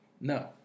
No